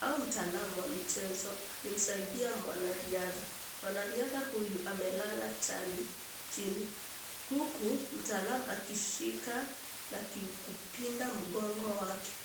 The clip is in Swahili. au mtaalamu wa michezo akimsaidia mwanariadha. Mwanariadha huyu amelala chali chini huku mtaalamu akishika na kupinda mgongo wake.